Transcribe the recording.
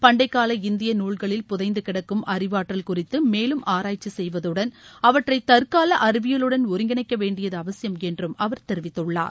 பண்டைகால இந்திய நூல்களில் புதைந்து கிடக்கும் அறிவாற்றல் குறித்து மேலும் ஆராய்ச்சி செய்வதுடன் அவற்றை தற்கால அறிவியலுடன் ஒருங்கிணைக்க வேண்டியது அவசிபம் என்றம் அவர் தெரிவித்துள்ளார்